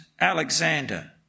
Alexander